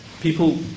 people